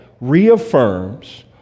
reaffirms